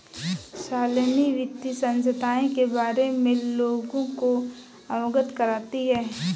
शालिनी वित्तीय संस्थाएं के बारे में लोगों को अवगत करती है